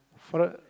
for a